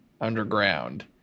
underground